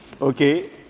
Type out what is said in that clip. Okay